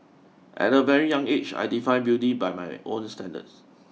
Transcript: at a very young age I defined beauty by my own standards